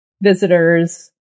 visitors